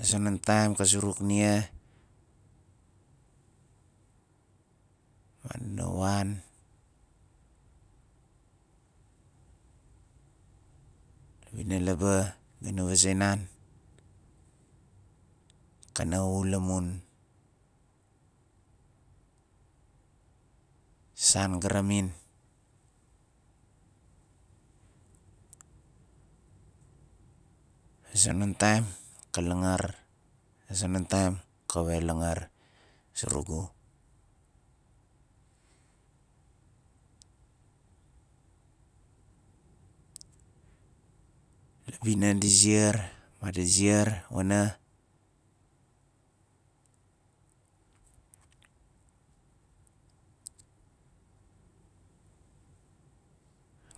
A zonon taim ka zuruk nia ma dina wan la bina laaba ga na vaze nan "ka na wul amun san ga ramin a zonon tam ka langar a zonon tam kawe langor zurugu la bina di ziar madi ziar wana